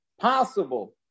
possible